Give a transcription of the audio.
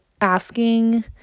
asking